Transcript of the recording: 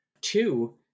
Two